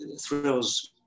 thrills